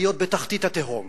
להיות בתחתית התהום,